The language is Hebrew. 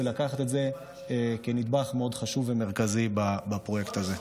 ולקחת את זה כנדבך מאוד חשוב ומרכזי בפרויקט הזה.